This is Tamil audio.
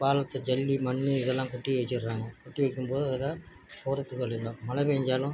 பாலத்து ஜல்லி மண்ணு இதெல்லாம் கொட்டி வச்சிடறாங்க கொட்டி வைக்கும் போது அதில் போகிறதுக்கு வழி இல்லை மழை பெஞ்சாலும்